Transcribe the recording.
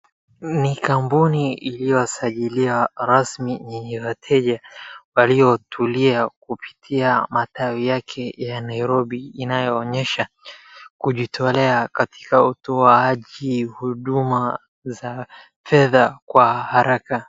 Ni kampuni iliyosajiliwa rasmi yenye wateja waliotulia kupitia matawi yake ya Nairobi inaonyesha kujitolea katika utoaji huduma za fedha kwa haraka .